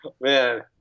Man